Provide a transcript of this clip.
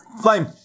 flame